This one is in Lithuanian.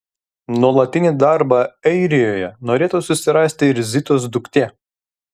nuolatinį darbą airijoje norėtų susirasti ir zitos duktė